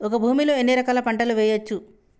ఒక భూమి లో ఎన్ని రకాల పంటలు వేయచ్చు?